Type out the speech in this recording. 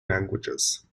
languages